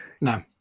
No